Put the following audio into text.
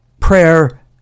Prayer